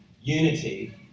unity